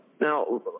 Now